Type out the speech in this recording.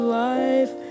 life